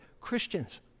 Christians